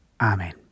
Amen